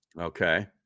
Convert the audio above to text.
Okay